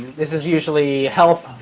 this is usually health,